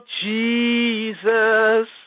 Jesus